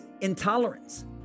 intolerance